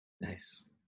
Nice